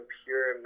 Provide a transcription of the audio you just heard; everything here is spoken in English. pure